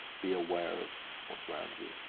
be aware of what's around you.